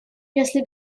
если